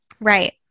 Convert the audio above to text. Right